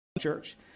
Church